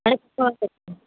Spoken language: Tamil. கரஸ்பாண்டட் பேசுகிறேன்